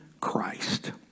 Christ